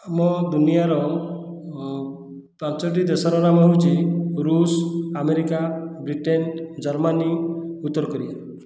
ଆମ ଦୁନିଆର ପାଞ୍ଚୋଟି ଦେଶର ନାମ ହେଉଛି ରୁଷ ଆମେରିକା ବ୍ରିଟେନ ଜର୍ମାନୀ ଉତ୍ତରକୋରିଆ